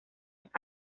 los